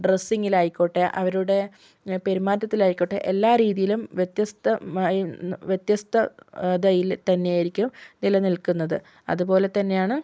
ഡ്രെസ്സിങ്ങിലായിക്കോട്ടെ അവരുടെ പെരുമാറ്റത്തിലായിക്കോട്ടെ എല്ലാ രീതിയിലും വ്യത്യസ്ഥമായി വ്യത്യസ്ഥതയിൽ തന്നെയായിരിക്കും നിലനിൽക്കുന്നത് അതുപോലെ തന്നെയാണ്